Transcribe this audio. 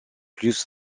plus